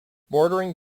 bordering